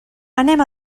anem